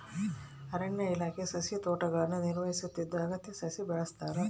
ಅರಣ್ಯ ಇಲಾಖೆ ಸಸಿತೋಟಗುಳ್ನ ನಿರ್ವಹಿಸುತ್ತಿದ್ದು ಅಗತ್ಯ ಸಸಿ ಬೆಳೆಸ್ತಾರ